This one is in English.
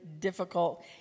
difficult